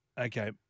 Okay